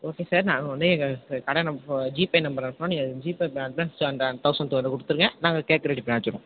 okay sir நாங்கள் வந்து எங்கள் கடை நம் ஜி பே நம்பரை அனுப்புகிறோம் நீங்கள் ஜி பே அட்வான்ஸ் அந்த தௌசண்ட் டூ ஹண்ட்ரட் கொடுத்துருங்க நாங்கள் கேக் ரெடி பண்ணி வச்சுருவோம்